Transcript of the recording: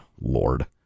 Lord